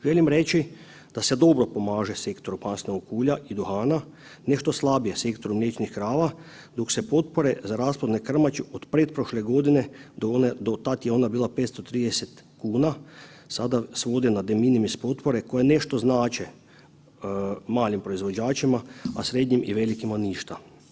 Želim reći da se dobro pomaže sektoru maslinovog ulja i duhana, nešto slabije sektoru mliječnih krava dok se potpore za rasplodne krmače od pretprošle godine do tada je ona bila 530 kuna, sada svode na Deminimis potpore koje nešto znače malim proizvođačima, a srednjim i velikim ništa.